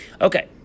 Okay